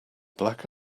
black